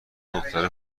دختره